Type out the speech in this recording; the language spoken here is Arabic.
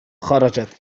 خرجت